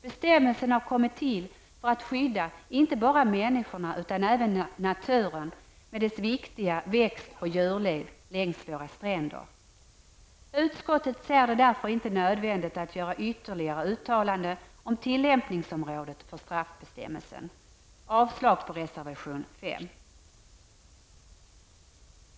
Bestämmelsen har kommit till för att skydda inte bara människorna utan även naturen med dess viktiga växt och djurliv längs våra stränder. Utskottet ser det därför inte som nödvändigt att göra ytterligare uttalanden om tillämpningsområdet för straffbestämmelsen. Jag yrkar avslag på reservation 5.